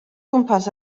gwmpas